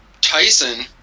Tyson